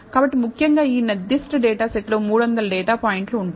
కాబట్టి ముఖ్యంగా ఈ నిర్దిష్ట డేటా సెట్లో 300 డేటా పాయింట్లు ఉంటాయి